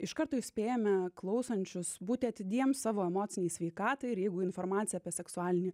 iš karto įspėjame klausančius būti atidiems savo emocinei sveikatai ir jeigu informacija apie seksualinį